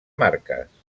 marques